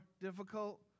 difficult